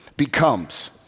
becomes